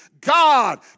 God